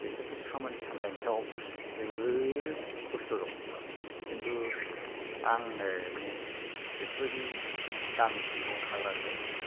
बिसोरजों खामानि सामलायनायाव जोबोत खस्थ' दङ' खिन्तु आङो माने बेफोरबायदि गामि सिङाव थाग्राखाय